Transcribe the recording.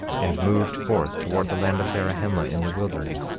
and moved forth toward the land of zarahemla in the wilderness